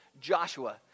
Joshua